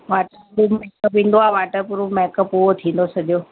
water proof बि makeup ईंदो आहे वाटर प्रूफ़ मेकअप उहो थींदो सॼो